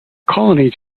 colony